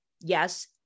Yes